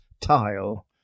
tile